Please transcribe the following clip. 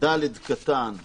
סעיף קטן (ד)